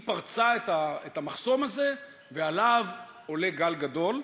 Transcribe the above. היא שפרצה את המחסום הזה ועליו עולה גל גדול.